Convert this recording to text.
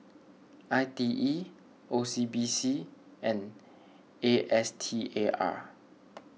I T E O C B C and A S T A R